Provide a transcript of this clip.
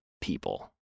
people